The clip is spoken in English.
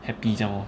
happy 这样 lor